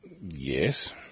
yes